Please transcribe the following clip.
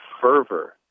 fervor